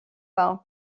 par